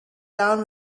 down